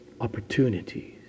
opportunities